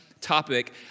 topic